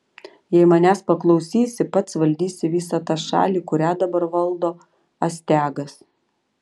jei manęs paklausysi pats valdysi visą tą šalį kurią dabar valdo astiagas